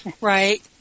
Right